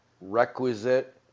requisite